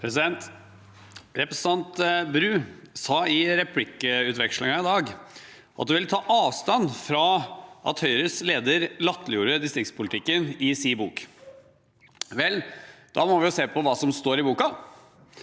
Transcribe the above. Represen- tanten Bru sa i replikkvekslingen i dag at hun ville ta avstand fra at Høyres leder latterliggjorde distriktspolitikken i sin bok. Vel, da må vi se på hva som står i boka.